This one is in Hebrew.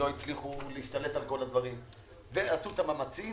לא הצליחו להשתלט על כל הדברים ועשו את המאמצים